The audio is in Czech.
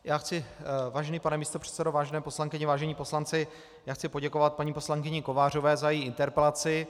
Já chci, vážený pane místopředsedo, vážené poslankyně, vážení poslanci, poděkovat paní poslankyni Kovářové za její interpelaci.